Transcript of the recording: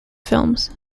films